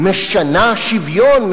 משנה שוויון,